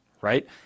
right